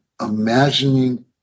imagining